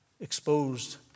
exposed